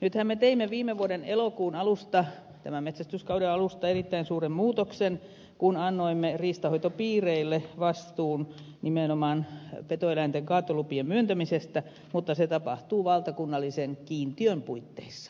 nythän me teimme viime vuoden elokuun alusta tämän metsästyskauden alusta erittäin suuren muutoksen kun annoimme riistahoitopiireille vastuun nimenomaan petoeläinten kaatolupien myöntämisestä mutta se tapahtuu valtakunnallisen kiintiön puitteissa